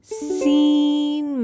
seen